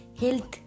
health